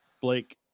Blake